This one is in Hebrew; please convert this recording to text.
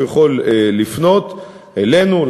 הוא יכול לפנות אלינו,